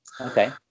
Okay